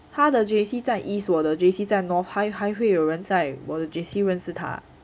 他的 J_C 在一所的 J_C 在 north 还还会有人在我的 J_C 认识他